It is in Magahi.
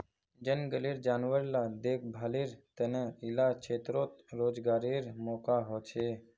जनगलेर जानवर ला देख्भालेर तने इला क्षेत्रोत रोज्गारेर मौक़ा होछे